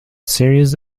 series